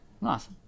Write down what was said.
Nice